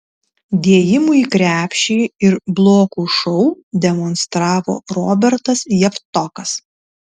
dėjimų į krepšį ir blokų šou demonstravo robertas javtokas